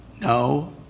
No